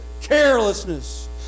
carelessness